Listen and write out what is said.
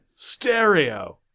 Stereo